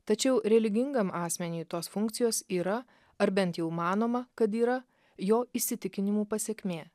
tačiau religingam asmeniui tos funkcijos yra ar bent jau manoma kad yra jo įsitikinimų pasekmė